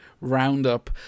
roundup